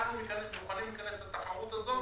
אנחנו מוכנים להיכנס לתחרות הזאת